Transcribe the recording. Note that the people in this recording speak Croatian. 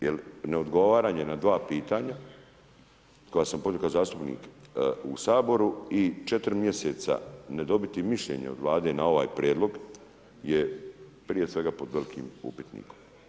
Jel ne odgovaranje na 2 pitanja koja sam kao zastupnik u Saboru i 4 mjeseca ne dobiti mišljenje od Vlade na ovaj prijedlog je prije svega pod velikim upitnikom.